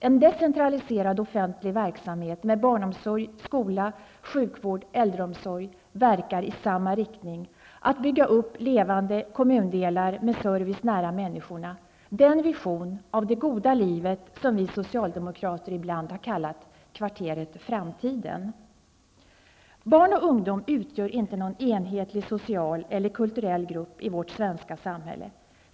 En decentraliserad offentlig verksamhet med barnomsorg, skola, sjukvård, äldreomsorg verkar i samma riktning -- att bygga upp levande kommundelar med service nära människor. Det är den version av det goda livet som vi socialdemokrater ibland kallat Kvarteret Framtiden. Barn och ungdom utgör inte någon enhetlig social eller kulturell grupp i vårt svenska samhälle.